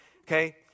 okay